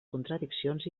contradiccions